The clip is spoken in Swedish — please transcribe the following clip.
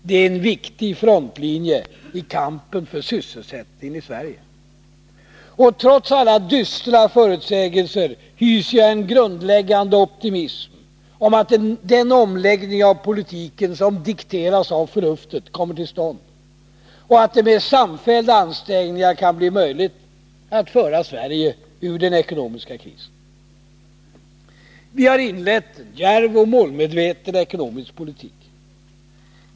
Det är en viktig frontlinje i kampen för sysselsättningen i Sverige. Trots alla dystra förutsägelser hyser jag en grundläggande optimism om att den omläggning av politiken som dikteras av förnuftet kommer till stånd och att det med samfällda ansträngningar kan bli möjligt att föra Sverige ur den ekonomiska krisen. Vi har inlett en djärv och målmedveten ekonomisk politik.